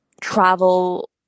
travel